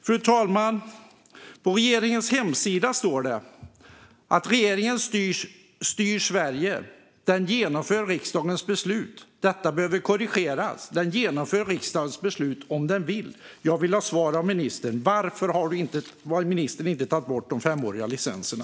Fru talman! På regeringens hemsida står det att regeringen styr Sverige genom att den genomför riksdagens beslut. Detta behöver korrigeras. Den genomför riksdagens beslut om den vill. Jag vill ha svar av ministern. Varför har han inte tagit bort de femåriga licenserna?